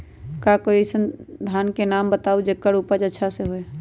का कोई अइसन धान के नाम बताएब जेकर उपज अच्छा से होय?